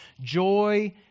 joy